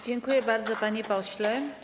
Dziękuję bardzo, panie pośle.